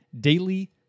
daily